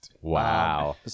Wow